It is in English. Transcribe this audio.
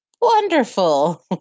Wonderful